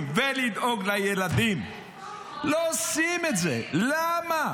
אני חושבת שלא צריך להחליף אותו בזמן מלחמה.